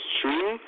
true